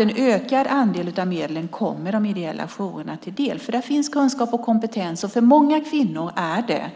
En ökad andel av medlen kommer de ideella jourerna till del. Där finns kunskap och kompetens. För många kvinnor är det